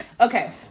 Okay